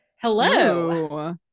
Hello